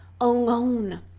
alone